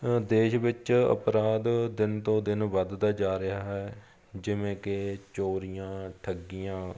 ਦੇਸ਼ ਵਿੱਚ ਅਪਰਾਧ ਦਿਨ ਤੋਂ ਦਿਨ ਵੱਧਦਾ ਜਾ ਰਿਹਾ ਹੈ ਜਿਵੇਂ ਕਿ ਚੋਰੀਆਂ ਠੱਗੀਆਂ